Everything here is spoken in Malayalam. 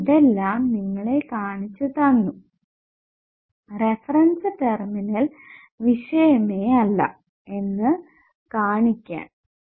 ഞാൻ ഇതെല്ലാം നിങ്ങളെ കാണിച്ചു തന്നു റഫറൻസ് ടെർമിനൽ വിഷയമേ അല്ല എന്ന് കാണിക്കാൻ